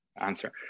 answer